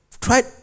tried